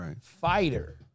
fighter